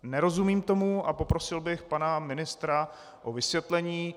Nerozumím tomu a poprosil bych pana ministra o vysvětlení.